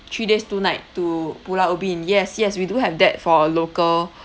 three days two night to pulau ubin yes yes we do have that for a local